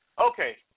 Okay